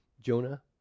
Jonah